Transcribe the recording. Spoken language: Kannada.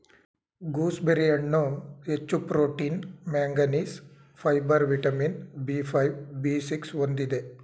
ಗೂಸ್ಬೆರಿ ಹಣ್ಣು ಹೆಚ್ಚು protein manganese, fibre vitamin B five, B six ಹೊಂದಿದೆ